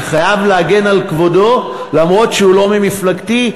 אני חייב להגן על כבודו, אף שהוא לא ממפלגתי.